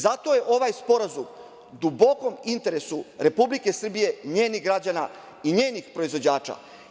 Zato je ovaj sporazum u dubokom interesu Republike Srbije, njenih građana i njenih proizvođač.